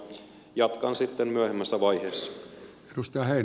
jatkan sitten myöhemmässä vaiheessa